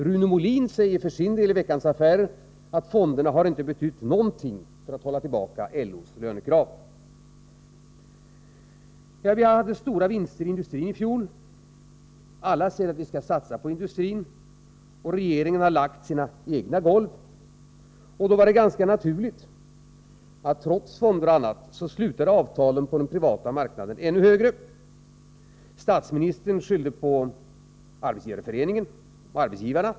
Rune Molin säger för sin del i Veckans Affärer att fonderna inte har betytt någonting för att hålla tillbaka LO:s lönekrav. Vi hade stora vinster i industrin i fjol. Alla säger att vi skall satsa på industrin, och regeringen har lagt sina egna golv. Då var det ganska naturligt att avtalen på den privata marknaden, trots fonder och annat, slutade ännu högre än inom den offentliga sektorn. Statsministern skyllde på Arbetsgivareföreningen och arbetsgivarna.